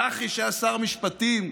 צחי, שהיה שר משפטים,